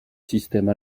système